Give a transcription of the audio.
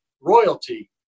royalty